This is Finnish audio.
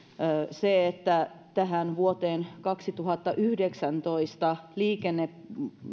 se että verrattuna vuoteen kaksituhattayhdeksäntoista